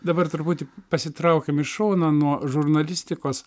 dabar truputį pasitraukiam į šoną nuo žurnalistikos